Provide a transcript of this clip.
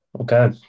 Okay